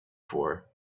for